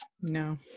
no